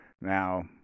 Now